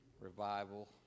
Revival